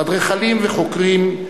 אדריכלים וחוקרים,